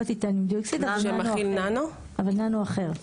לא, שמכיל ננו אחר.